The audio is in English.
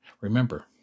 Remember